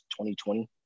2020